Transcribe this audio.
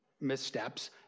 missteps